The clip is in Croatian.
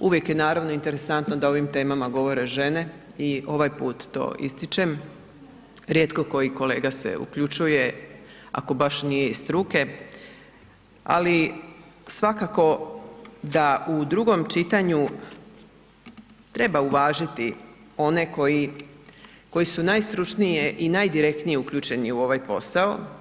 uvijek je, naravno interesantno da o ovim temama govore žene i ovaj put to ističem, rijetko koji kolega se uključuje, ako baš nije iz struke, ali svakako da u drugom čitanju treba uvažiti one koji su najstručnije i najdirektnije uključeni u ovaj posao.